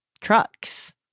trucks